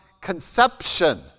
conception